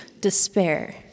despair